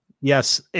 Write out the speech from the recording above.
Yes